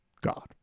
God